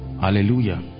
hallelujah